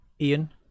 Ian